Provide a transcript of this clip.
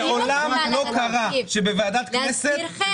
מעולם לא קרה שוועדת כנסת